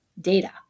data